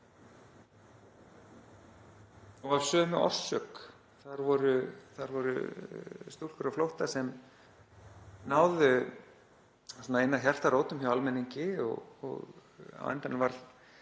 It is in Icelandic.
og af sömu orsök. Þar voru stúlkur á flótta sem náðu inn að hjartarótum hjá almenningi og á endanum varð